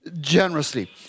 generously